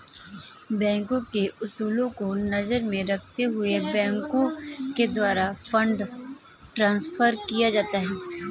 बैंकों के उसूलों को नजर में रखते हुए बैंकों के द्वारा फंड ट्रांस्फर किया जाता है